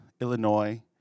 Illinois